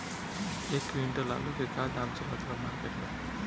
एक क्विंटल आलू के का दाम चलत बा मार्केट मे?